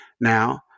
Now